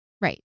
Right